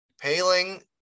Paling